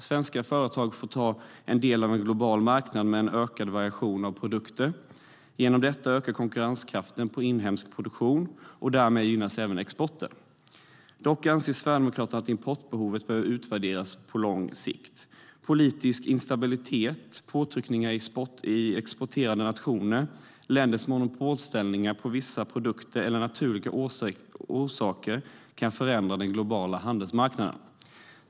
Svenska företag får ta del av en global marknad med en ökad variation av produkter. Genom detta ökar konkurrenskraften på inhemsk produktion, och därmed gynnas även exporten. Dock anser Sverigedemokraterna att importbehovet behöver utvärderas på lång sikt. Politisk instabilitet, påtryckningar i exporterande nationer, länders monopolställningar på vissa produkter eller naturliga orsaker kan förändra den globala handelsmarknaden.